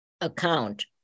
account